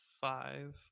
five